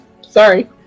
Sorry